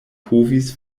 povis